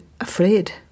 afraid